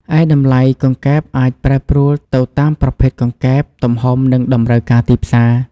ឯតម្លៃកង្កែបអាចប្រែប្រួលទៅតាមប្រភេទកង្កែប ទំហំ និងតម្រូវការទីផ្សារ។